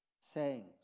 sayings